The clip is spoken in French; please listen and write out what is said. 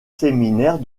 séminaire